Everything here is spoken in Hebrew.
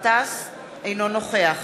אינו נוכח